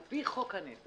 על פי חוק הנפט.